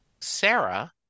Sarah